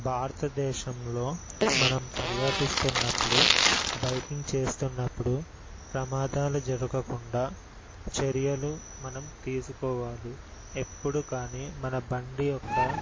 భారతదేశంలో మనం పర్యాటిస్తున్నప్పుడు బైకింగ్ చేస్తున్నప్పుడు ప్రమాదాలు జరగకుండా చర్యలు మనం తీసుకోవాలి ఎప్పుడు కానీ మన బండి యొక్క